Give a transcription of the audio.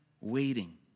waiting